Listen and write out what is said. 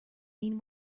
mean